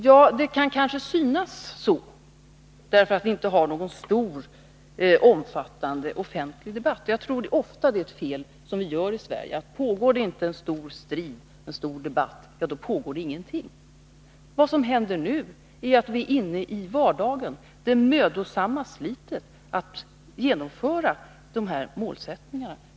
Ja, det kan kanske synas så, därför att vi inte har någon stor och omfattande offentlig debatt. Jag tror att det är en felbedömning som vi ofta gör i Sverige, att pågår det inte en stor strid eller en stor debatt, så pågår det ingenting. Vad som händer nu är att vi är inne i vardagen, det mödosamma slitet att genomföra målsättningarna.